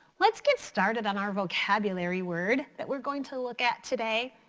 let's get started on our vocabulary word that we're going to look at today.